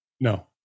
No